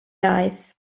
aeth